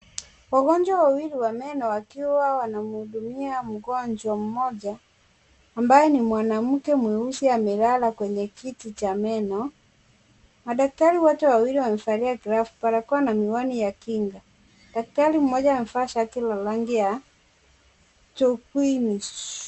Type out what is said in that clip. Wagonjwa wawili wa meno wakiwa wanamhudumia mgonjwa mmoja ambaye ni mwanamke mweusi amelala kwenye kiti cha meno. Madaktari wote wawili wamevalia glove , barakoa na miwani ya kinga. Daktari mmoja amevaa shati la rangi ya tupwinish .